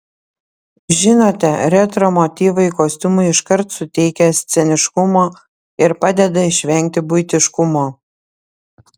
žinote retro motyvai kostiumui iškart suteikia sceniškumo ir padeda išvengti buitiškumo